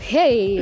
Hey